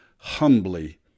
humbly